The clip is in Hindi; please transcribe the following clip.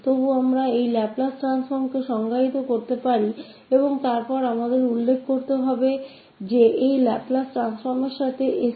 तो फिर भी हम इस लाप्लास परिवर्तन को परिभाषित कर सकते हैं और फिर हमें यह उल्लेख करना होगा 𝑠 कि सीमा इस लाप्लास परिवर्तन के साथ